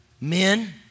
Men